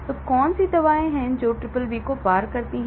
तो कौन सी दवाएं हैं जो BBB को पार करती हैं